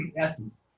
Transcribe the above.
essence